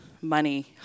Money